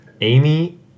Amy